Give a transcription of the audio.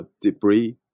Debris